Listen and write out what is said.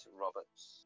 Roberts